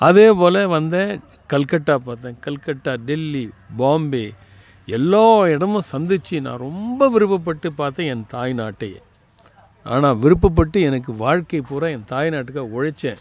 அதேப்போல் வந்தேன் கல்கட்டா பார்த்தேன் கல்கட்டா டெல்லி பாம்பே எல்லா இடமும் சந்திச்சு நான் ரொம்ப விருப்பப்பட்டு பார்த்தேன் என் தாய் நாட்டையே ஆனால் விருப்பப்பட்டு எனக்கு வாழ்க்கை பூரா என் தாய் நாட்டுக்கே உழைச்சேன்